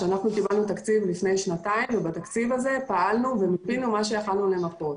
קיבלנו תקציב לפני שנתיים ובתקציב הזה פעלנו ומיפינו מה שיכולנו למפות.